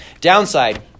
Downside